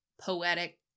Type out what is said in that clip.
poetic